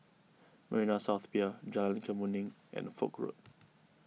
Marina South Pier Jalan Kemuning and Foch Road